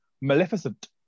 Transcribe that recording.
Maleficent